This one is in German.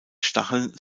stacheln